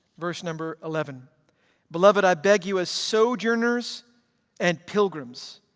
verse number eleven beloved, i beg you as sojourners and pilgrims,